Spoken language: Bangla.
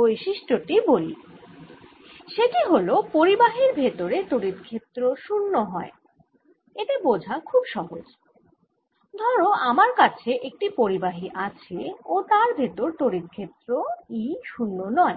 বৈশিষ্ট্য টি বলি সেটি হল পরিবাহির ভেতরে তড়িৎ ক্ষেত্র শুন্য হয় এটা বোঝা খুব সহজ ধরো আমার কাছে একটি পরিবাহী আছে ও তার ভেতর তড়িৎ ক্ষেত্র E শুন্য নয়